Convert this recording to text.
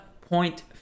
point